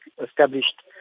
established